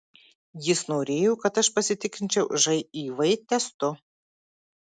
jis norėjo kad aš pasitikrinčiau živ testu